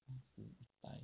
四百